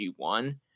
G1